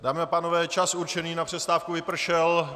Dámy a pánové, čas určený na přestávku vypršel.